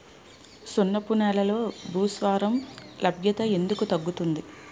సున్నపు నేలల్లో భాస్వరం లభ్యత ఎందుకు తగ్గుతుంది?